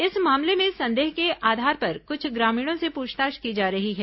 इस मामले में संदेह के आधार पर कुछ ग्रामीणों से पूछताछ की जा रही है